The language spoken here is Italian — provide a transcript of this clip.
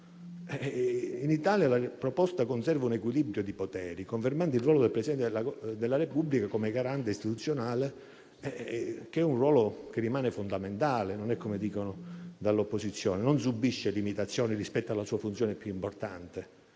In Italia la proposta conserva un equilibrio di poteri, confermando il ruolo del Presidente della Repubblica come garante istituzionale, che rimane fondamentale; non è come dicono dall'opposizione. Non subisce poi limitazioni rispetto alla sua funzione più importante,